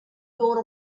gone